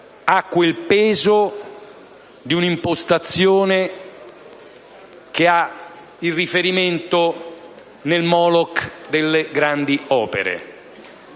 risente di un'impostazione che ha il riferimento nel Moloch delle grandi opere.